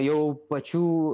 jau pačių